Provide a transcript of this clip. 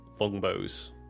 longbows